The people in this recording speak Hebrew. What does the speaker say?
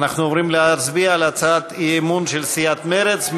אנחנו עוברים להצביע על הצעת האי-אמון של סיעת מרצ.